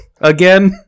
again